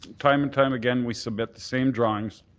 time and time again we submit the same drawings,